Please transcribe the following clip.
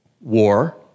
war